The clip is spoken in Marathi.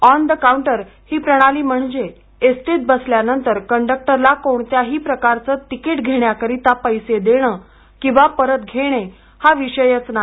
ऑन द काउंटर ही प्रणाली म्हणजे एसटीत बसल्यानंतर कंडक्टरला कोणत्याही प्रकारचं तिकीट घेण्याकरिता पैसे देणं किंवा परत घेणे हा विषयच नाही